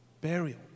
burial